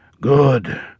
Good